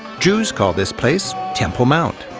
jews call this place temple mount.